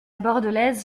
bordelaise